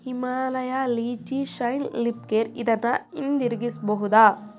Himalaya lychee shine lip care ಇದನ್ನು ಹಿಂದಿರುಗಿಸಬಹುದಾ